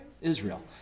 Israel